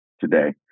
today